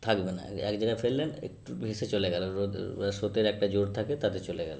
থাকবে না এক জায়গায় ফেললেন একটু ভেসে চলে গেল স্রোতের একটা জোর থাকে তাতে চলে গেল